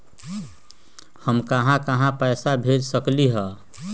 हम कहां कहां पैसा भेज सकली ह?